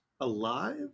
alive